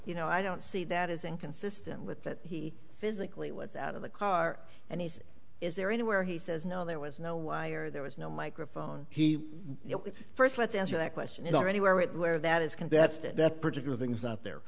you know i don't see that is inconsistent with that he physically was out of the car and he said is there anywhere he says no there was no wire there was no microphone he first let's answer that question is already where it where that is contested that particular things up there